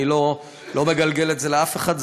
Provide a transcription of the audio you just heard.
אני לא מגלגל את זה לאף אחד,